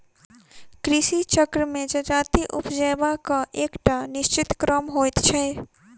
कृषि चक्र मे जजाति उपजयबाक एकटा निश्चित क्रम होइत छै